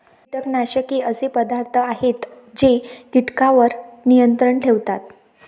कीटकनाशके असे पदार्थ आहेत जे कीटकांवर नियंत्रण ठेवतात